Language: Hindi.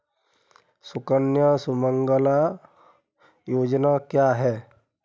सुकन्या सुमंगला योजना क्या है?